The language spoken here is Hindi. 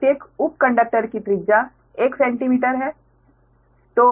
प्रत्येक उप कंडक्टर की त्रिज्या एक सेंटीमीटर है